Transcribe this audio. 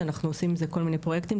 שאנחנו עושים עם זה כל מיני פרויקטים.